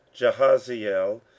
Jehaziel